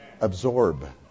Absorb